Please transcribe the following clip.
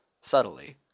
subtly